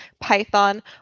Python